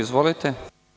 Izvolite.